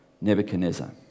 Nebuchadnezzar